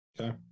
Okay